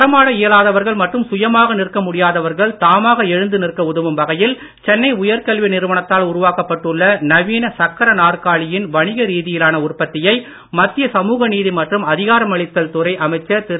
நடமாட இயலாதவர்கள் மற்றும் சுயமாக நிற்க முடியாதவர்கள் தாமாக எழுந்து நிற்க உதவும் வகையில் சென்னை ஐஐடி உயர்கல்வி நிறுவனத்தால் உருவாக்கப் பட்டுள்ள நவீன சக்கர நாற்காலியின் வணிக ரீதியிலான உற்பத்தியை மத்திய சமூக நீதி மற்றும் அதிகாரமளித்தல் துறை அமைச்சர் திரு